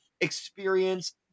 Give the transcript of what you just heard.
experience